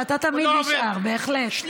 ואתה תמיד נשאר, בהחלט.